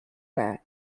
that